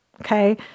Okay